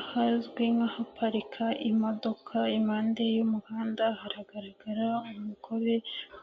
Ahazwi nk'ahaparika imodoka, impande y'umuhanda hagaragara umugore